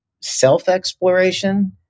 self-exploration